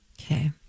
Okay